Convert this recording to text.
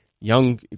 Young